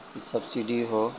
subsidy who